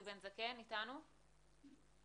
איתנו?